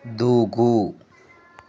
దూకు